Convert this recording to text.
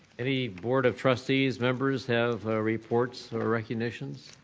any board of trustees, members have a reports or recognitions?